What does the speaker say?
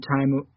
time